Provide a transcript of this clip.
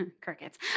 crickets